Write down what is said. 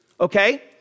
okay